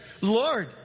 Lord